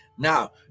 Now